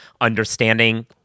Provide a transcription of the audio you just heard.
understanding